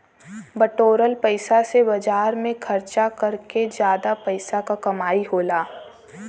बटोरल पइसा से बाजार में खरचा कर के जादा पइसा क कमाई होला